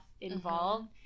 involved